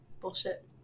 Bullshit